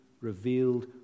revealed